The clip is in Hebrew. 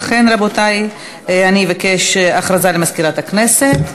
רבותי, אני אבקש, הודעה למזכירת הכנסת.